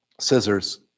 scissors